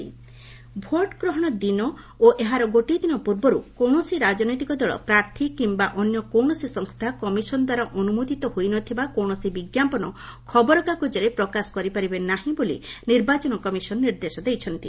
EC advertisement vote ଗ୍ରହଣ ଦିନ ଓ ଏହାର ଗୋଟିଏ ଦିନ ପୂର୍ବର୍ କୌଣସି ରାଜନୈତିକ ଦଳ ପ୍ରାର୍ଥୀ କିମ୍ବା ଅନ୍ୟ କୌଣସି ସଂସ୍ଥା କମିଶନ ଦ୍ୱାରା ଅନ୍ତମୋଦିତ ହୋଇନଥିବା କୌଣସି ବିଜ୍ଞାପନ ଖବରକାଗଜରେ ପ୍ରକାଶ କରିପାରିବେ ନାହିଁ ବୋଲି ନିର୍ବାଚନ କମିଶନ ନିର୍ଦ୍ଦେଶ ଦେଇଛନ୍ତି